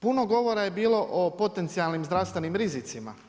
Puno govora je bilo o potencijalnim zdravstvenim rizicima.